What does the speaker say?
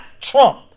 trump